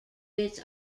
its